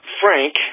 Frank